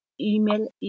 Email